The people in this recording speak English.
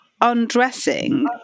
undressing